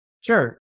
Sure